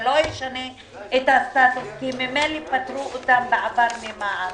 זה לא ישנה את הסטטוס כי ממילא פטרו אותן בעבר ממע"מ,